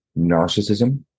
narcissism